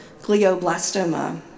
glioblastoma